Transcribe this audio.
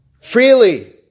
Freely